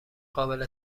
قابل